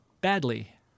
badly